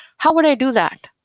how would i do that?